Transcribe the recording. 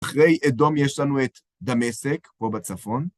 אחרי אדום, יש לנו את דמשק, פה בצפון.